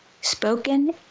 spoken